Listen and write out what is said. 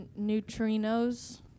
neutrinos